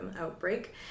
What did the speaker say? outbreak